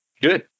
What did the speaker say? Good